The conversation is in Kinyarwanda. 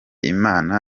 imana